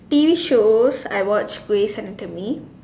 T_V shows I watch ways Anthony